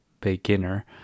beginner